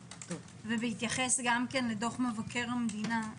ובהתייחס גם לדוח מבקר המדינה,